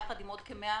יחד עם עוד כ-130